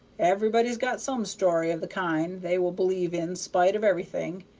everybody's got some story of the kind they will believe in spite of everything,